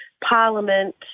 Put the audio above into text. parliament